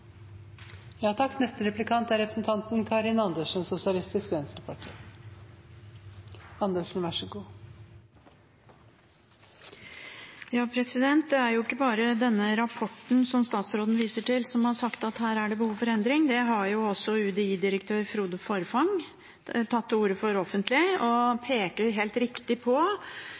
Det er jo ikke bare i den rapporten som statsråden viser til, at det er sagt at det er behov for endring. Det har også UDI-direktør Frode Forfang tatt til orde for offentlig, og peker helt riktig på